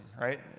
right